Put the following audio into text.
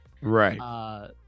Right